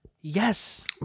Yes